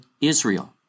Israel